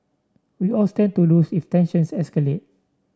we all stand to lose if tensions escalate